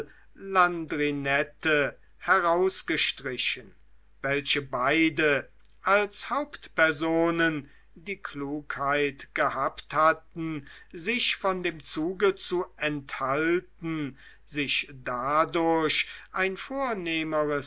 landrinette herausgestrichen welche beide als hauptpersonen die klugheit gehabt hatten sich von dem zuge zu enthalten sich dadurch ein vornehmeres